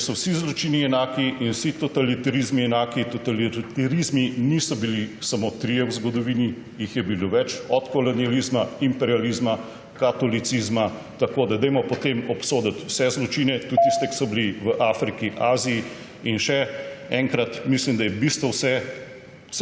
Če so vsi zločini enaki in vsi totalitarizmi enaki, totalitarizmi niso bili samo trije v zgodovini, jih je bilo več, od kolonializma, imperializma, katolicizma, tako da dajmo potem obsoditi vse zločine, tudi tiste, ki so bili v Afriki, Aziji. In še enkrat: mislim, da je bistvo vsega